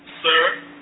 Sir